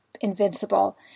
invincible